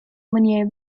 mnie